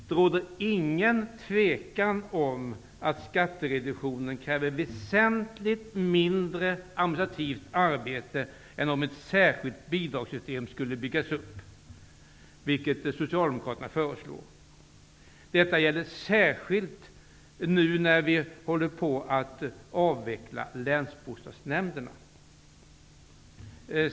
Det råder ingen tvekan om att skattereduktionen kräver väsentligt mindre administrativt arbete än om ett särskilt bidragssystem skulle byggas upp, vilket Socialdemokraterna förslår. Detta gäller särskilt nu när vi håller på att avveckla länsbostadsnämnderna.